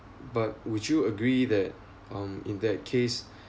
but would you agree that um in that case